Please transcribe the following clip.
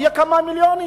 יהיו כמה מיליונים.